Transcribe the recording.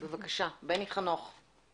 בבקשה, בני חנוך.